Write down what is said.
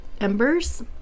embers